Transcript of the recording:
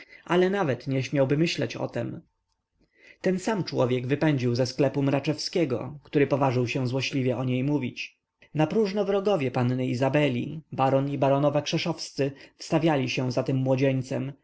ale nawet nie śmiałby myśleć o tem ten sam człowiek wypędził ze sklepu mraczewskiego który poważył się złośliwie o niej mówić napróżno wrogowie panny izabeli baron i baronowa krzeszowscy wstawiali się za tym młodzieńcem